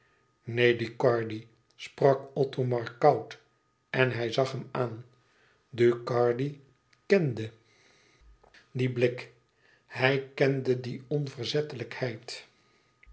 neen ducardi sprak othomar koud en hij zag hem aan ducardi kende dien blik hij kende die onverzettelijkheid